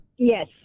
Yes